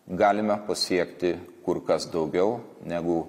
galime pasiekti kur kas daugiau negu